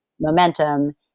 momentum